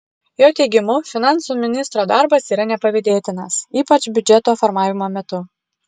jo teigimu finansų ministro darbas yra nepavydėtinas ypač biudžeto formavimo metu